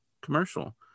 commercial